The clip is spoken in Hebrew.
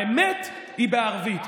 האמת היא בערבית.